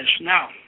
Now